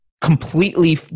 completely